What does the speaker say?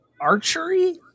archery